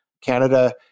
Canada